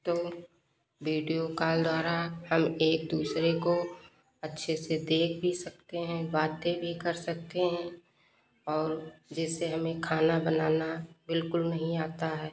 तो video call द्वारा हम एक दूसरे को अच्छे से देख भी सकते हैं बातें भी कर सकते हैं और जैसे हमें खाना बनाना बिल्कुल नहीं आता है